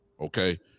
Okay